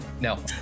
No